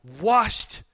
washed